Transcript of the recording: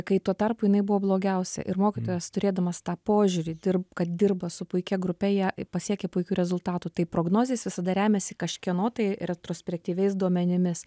kai tuo tarpu jinai buvo blogiausia ir mokytojas turėdamas tą požiūrį dir kad dirba su puikia grupe jie pasiekė puikių rezultatų tai prognozės visada remiasi kažkieno tai retrospektyviais duomenimis